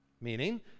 meaning